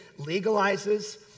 legalizes